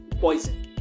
poison